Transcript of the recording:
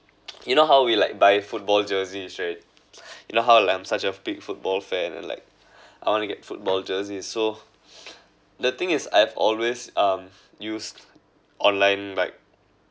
you know how we like buy football jerseys right and how I am such a big football fan and like I want to get football jerseys so the thing is I've always um used online like